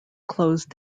closed